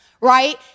right